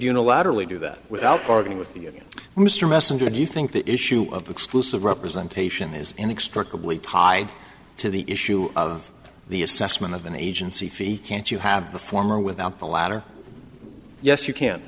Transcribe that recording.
unilaterally do that without bargaining with you mr messenger do you think the issue of exclusive representation is inextricably tied to the issue of the assessment of an agency fee can't you have the former without the latter yes you can